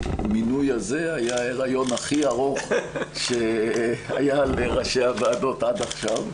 המינוי היה ההיריון הכי ארוך שהיה לראשי הוועדות עד עכשיו,